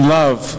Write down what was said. love